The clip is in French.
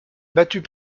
battues